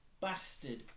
bastard